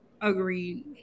Agreed